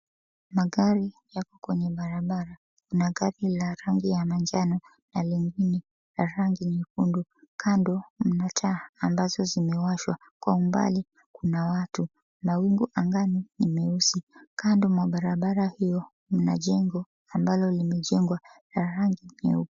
Magari yako kwenye barabara. Kuna gari ya manjano, na lingine la rangi nyekundu, kando mna taa ambazo kimewashwa. Kwa umbali kuna watu, mawingu angani meusi. Kando mwa barabara hiyo mna jeno, ambalo limejengwa na rangi nyeupe.